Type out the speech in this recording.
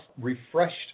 refreshed